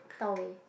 Da-Wei